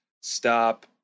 stop